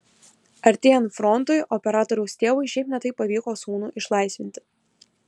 artėjant frontui operatoriaus tėvui šiaip ne taip pavyko sūnų išlaisvinti